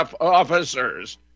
officers